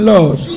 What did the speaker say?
Lord